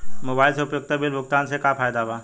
Mobile से उपयोगिता bill भुगतान से का फायदा बा?